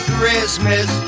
Christmas